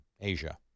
Asia